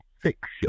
fiction